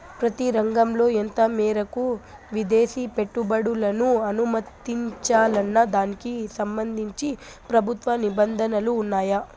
ప్రతి రంగంలో ఎంత మేరకు విదేశీ పెట్టుబడులను అనుమతించాలన్న దానికి సంబంధించి ప్రభుత్వ నిబంధనలు ఉన్నాయా?